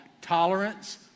tolerance